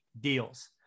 deals